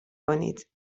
کنید